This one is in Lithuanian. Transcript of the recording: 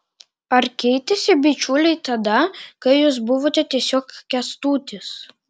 ar keitėsi bičiuliai tada kai jūs buvote tiesiog kęstutis